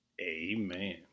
Amen